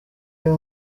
imwe